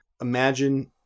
imagine